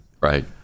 Right